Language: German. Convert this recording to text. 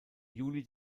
juli